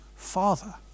Father